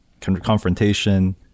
confrontation